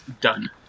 Done